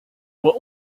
were